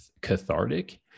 cathartic